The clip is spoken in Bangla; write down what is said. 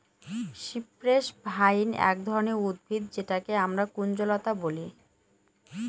সিপ্রেস ভাইন এক ধরনের উদ্ভিদ যেটাকে আমরা কুঞ্জলতা বলি